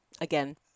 Again